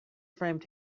framed